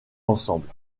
ensemble